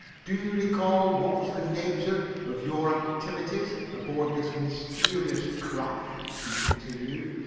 do you recall what was the nature of your activities aboard this mysterious craft? he continued.